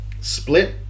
Split